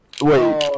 Wait